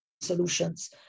solutions